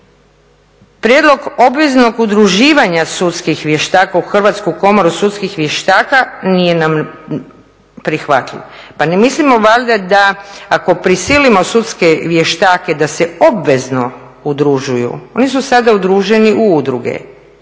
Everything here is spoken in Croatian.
Prijedlog obveznog udruživanja sudskih vještaka u Hrvatsku komoru sudskih vještaka nije nam prihvatljiv. Pa ne mislimo valjda da ako prisilimo sudske vještake da se obvezno udružuju, oni su sada udruženi u udruge